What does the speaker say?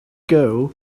girl